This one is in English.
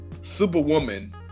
Superwoman